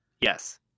Yes